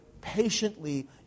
patiently